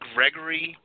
Gregory